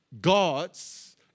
gods